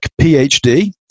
PhD